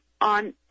on